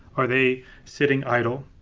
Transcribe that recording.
are they sitting idle?